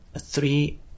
three